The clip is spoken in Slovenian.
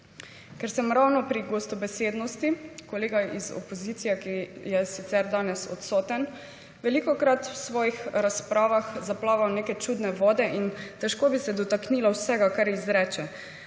Ker sem ravno pri gostobesednosti, kolega iz opozicije, ki je sicer danes odsoten, velikokrat v svojih razpravah zaplava v neke čudne vode, in težko bi se dotaknila vsega, ker izreče.